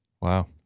Wow